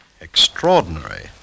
Extraordinary